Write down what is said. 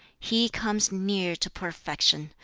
he comes near to perfection,